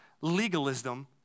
legalism